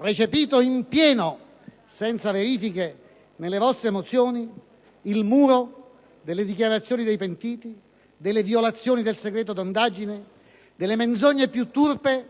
recepito in pieno e senza verifiche, il muro delle dichiarazioni dei pentiti, delle violazioni del segreto di indagine e delle menzogne più turpi